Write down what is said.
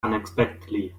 unexpectedly